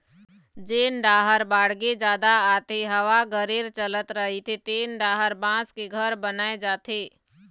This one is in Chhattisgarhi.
जेन डाहर बाड़गे जादा आथे, हवा गरेर चलत रहिथे तेन डाहर बांस के घर बनाए जाथे